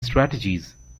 strategies